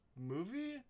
movie